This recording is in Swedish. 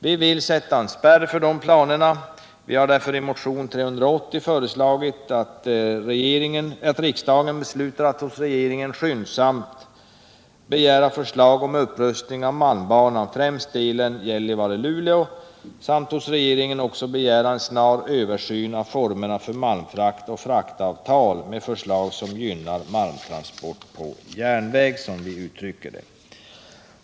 Vi vill sätta en spärr för de planerna, och därför har vi i motion 380 föreslagit att riksdagen beslutar att hos regeringen skyndsamt begära förslag om upprustning av malmbanan, främst delen Gällivare-Luleå, samt hos regeringen också begära en snar översyn av formerna för malmfrakt och fraktavtal samt förslag som gynnar malmtransport per järnväg, som vi uttrycker det.